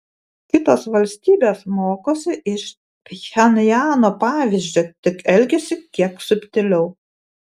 kitos valstybės mokosi iš pchenjano pavyzdžio tik elgiasi kiek subtiliau